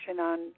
on